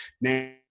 now